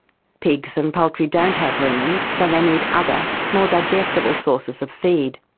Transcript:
pigs and poultry don't have rumens, so they need other more digestible sources of feed.